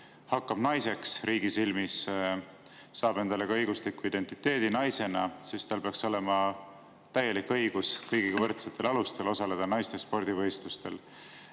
hakkab naiseks riigi silmis, saab endale ka õigusliku identiteedi naisena, siis tal peaks olema täielik õigus kõigiga võrdsetel alustel osaleda naiste spordivõistlustel.